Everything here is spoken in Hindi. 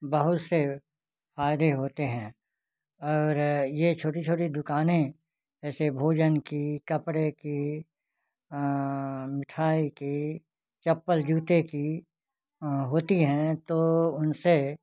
बहुत से फ़ायदे होते हैं और ये छोटी छोटी दुकानें ऐसे भोजन की कपड़े की मिठाई की चप्पल जूते की होती हैं तो उनसे